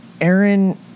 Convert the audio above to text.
Aaron